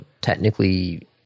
technically